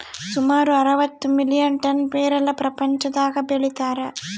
ಸುಮಾರು ಅರವತ್ತು million ton ಪೇರಲ ಪ್ರಪಂಚದಾಗ ಬೆಳೀತಾರ